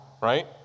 right